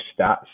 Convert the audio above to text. stats